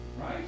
Right